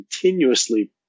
continuously